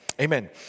Amen